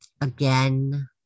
again